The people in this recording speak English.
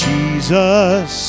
Jesus